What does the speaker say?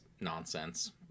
nonsense